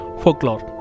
folklore